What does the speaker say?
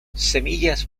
semillas